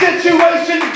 Situation